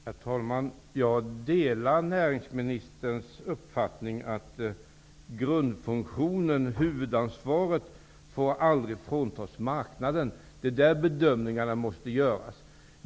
Herr talman! Jag delar näringsministerns uppfattning att huvudansvaret aldrig får fråntas marknaden. Det är där som bedömningarna måste göras.